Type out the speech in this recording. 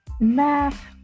math